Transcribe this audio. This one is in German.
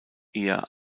eher